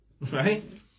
Right